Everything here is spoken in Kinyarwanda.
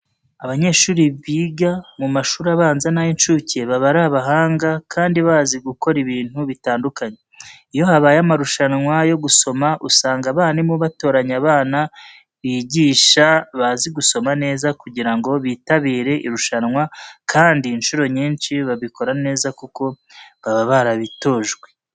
Abanyeshuri biga mu mashuri abanza n'ay'incuke baba ari abahanga kandi bazi gukora ibintu bitandukanye. Iyo habaye amarushanwa yo gusomo usanga abarimu batoranya abana bigisha bazi gusoma neza kugira ngo bitabire irushanwa kandi inshuro nyinshi babikora neza kuko baba barabitojwe.